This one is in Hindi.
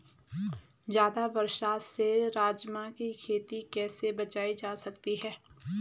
ज़्यादा बरसात से राजमा की खेती कैसी बचायी जा सकती है?